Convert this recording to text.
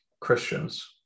Christians